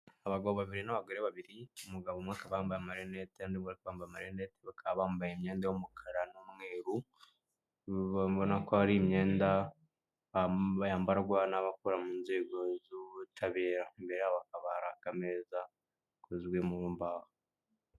Abagabo babiri n'abagore babiri, umugabo umwe akaba yambaye amarinete, abandi batambaye amarineti, bakaba bambaye imyenda y'umukara n'umweru, ubona ko ari imyenda yambarwa n'abakora mu nzego z'ubutabera, imbere yabo hakaba hari akameza gakozwe mu mbaho.